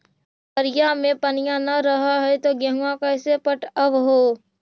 पोखरिया मे पनिया न रह है तो गेहुमा कैसे पटअब हो?